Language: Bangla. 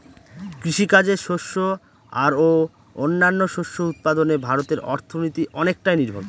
কৃষিকাজে শস্য আর ও অন্যান্য শস্য উৎপাদনে ভারতের অর্থনীতি অনেকটাই নির্ভর করে